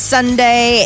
Sunday